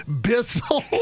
Bissell